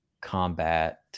combat